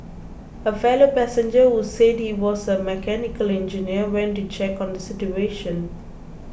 a fellow passenger who said he was a mechanical engineer went to check on the situation